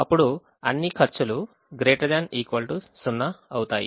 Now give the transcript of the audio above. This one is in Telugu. అప్పుడు అన్ని ఖర్చులు ≥ 0 అవుతాయి